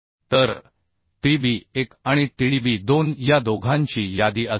तर Tdb 1 आणि Tdb 2 या दोघांची यादी असेल